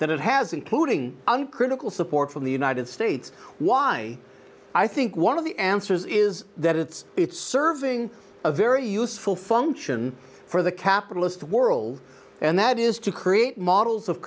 that it has including uncritical support from the united states why i think one of the answers is that it's it's serving a very useful function for the capitalist world and that is to create models of